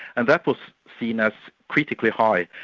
and that was seen as critically high.